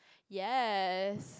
yes